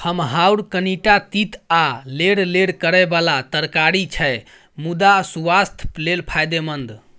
खमहाउर कनीटा तीत आ लेरलेर करय बला तरकारी छै मुदा सुआस्थ लेल फायदेमंद